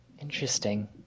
Interesting